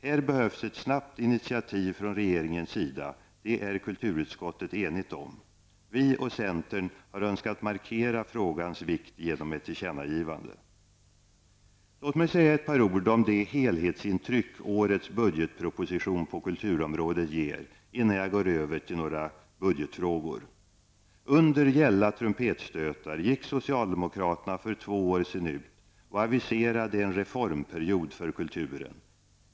Här behövs ett snabbt initiativ från regeringens sida, det är kulturutskottet enigt om. Vi och centern har önskat markera frågans vikt genom ett tillkännagivande. Låt mig säga ett par ord om det helhetsintryck årets budgetproposition på kulturområdet ger innan jag går över till några budgetfrågor. Under gälla trumpetstötar gick socialdemokraterna för två år sedan ut och aviserade en reformperiod för kulturen.